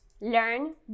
learn